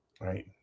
right